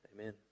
Amen